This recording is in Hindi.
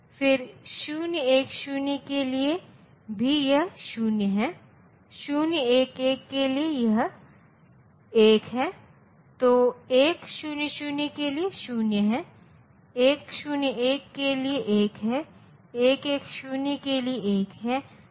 यह मोस्ट सिग्नीफिकेंट बिट किसी भी संख्या का तो यदि यह बिट 0 है तो यह सकारात्मक संख्या को दर्शाता है और यदि मोस्ट सिग्नीफिकेंट बिट 1 है तो यह ऋणात्मक संख्या को दर्शाता है